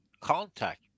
contact